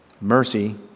mercy